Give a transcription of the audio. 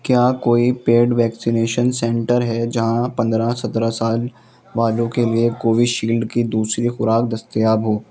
کیا کوئی paid vaccination centre ہے جہاں پندرہ سترہ سال والوں کے لیے کووشیلڈ کی دوسری خوراک دستیاب ہو